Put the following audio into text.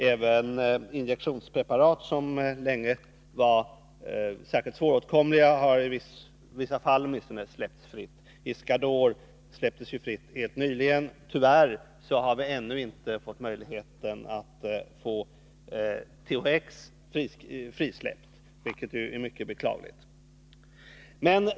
Även injektionspreparat som länge var särskilt svåråtkomliga har åtminstone i vissa fall släppts fria. Iscador släpptes fritt helt nyligen, men tyvärr har vi ännu inte fått möjlighet att få THX frisläppt, vilket är mycket beklagligt.